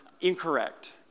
Incorrect